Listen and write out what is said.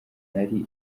ari